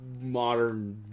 modern